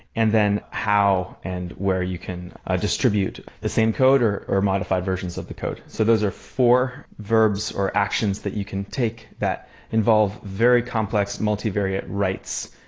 and then how and where you can i ah distribute the same code or or modify versions of the code. so those are four verbs or actions that you can take that involve very complex multivariate rights,